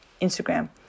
Instagram